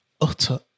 utter